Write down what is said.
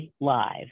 Live